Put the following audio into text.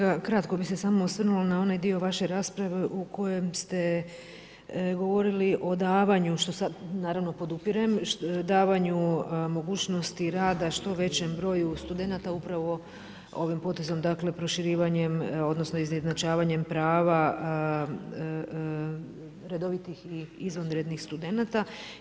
Uvaženi kolega, kratko bi se samo osvrnuo na onaj dio vaše rasprave, u kojem ste govorili o davanju, što sada naravno podupirem, davanju mogućnosti rada, što većem broju studenata upravo ovim potezom proširivanjem, dakle, izjednačavanjem prava, redovitih i izvanrednih studenata.